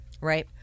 Right